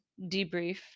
debrief